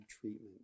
treatment